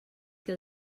que